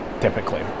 typically